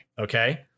okay